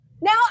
Now